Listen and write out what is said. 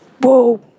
whoa